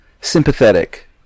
sympathetic